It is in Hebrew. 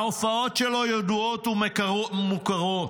ההופעות שלו ידועות ומוכרות: